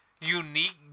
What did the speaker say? Unique